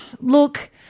look